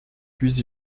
puis